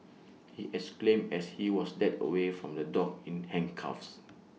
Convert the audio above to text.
he exclaimed as he was led away from the dock in handcuffs